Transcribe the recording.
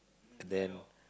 and then